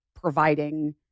providing